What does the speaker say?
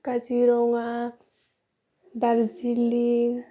Kaziranga Darjeeling